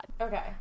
Okay